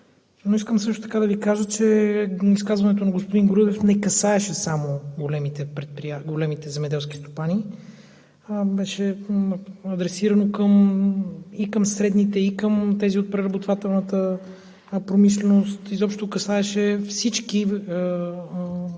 сега, но искам да Ви кажа, че изказването на господин Грудев не касаеше само големите земеделски стопани, а беше адресирано и към средните, и към тези от преработвателната промишленост, изобщо касаеше всички различни